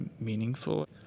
meaningful